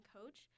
Coach